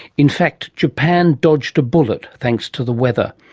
in fact japan dodged a bullet thanks to the weather.